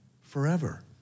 forever